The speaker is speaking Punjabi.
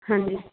ਹਾਂਜੀ